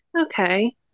Okay